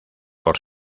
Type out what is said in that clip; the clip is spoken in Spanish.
por